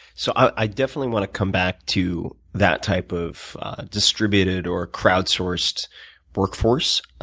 so i definitely want to come back to that type of distributed or crowd sourced workforce. ah